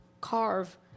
carve